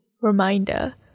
reminder